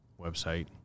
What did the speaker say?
website